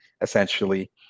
essentially